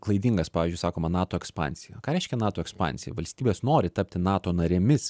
klaidingas pavyzdžiui sakoma nato ekspansija ką reiškia nato ekspansija valstybės nori tapti nato narėmis